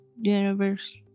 universe